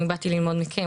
אני באתי ללמוד מכם,